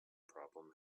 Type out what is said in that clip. problem